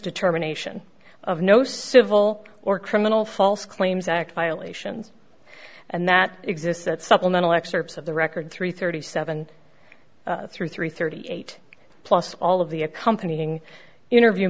determination of no civil or criminal false claims act violations and that exists that supplemental excerpts of the record three thirty seven through three thirty eight plus all of the accompanying interview